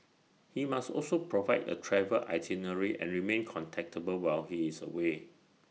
he must also provide A travel itinerary and remain contactable while he is away